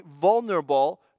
vulnerable